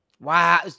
Wow